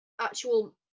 actual